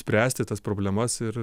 spręsti tas problemas ir